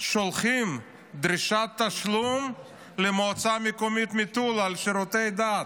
שולחים למועצה המקומית מטולה דרישת תשלום על שירותי דת,